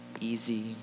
easy